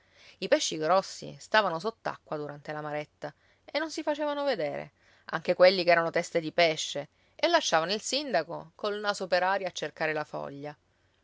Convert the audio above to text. i pesci grossi stavano sott'acqua durante la maretta e non si facevano vedere anche quelli che erano teste di pesce e lasciavano il sindaco col naso in aria a cercare la foglia